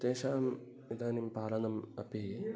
तेषाम् इदानीं पालनम् अपि